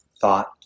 thought